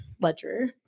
ledger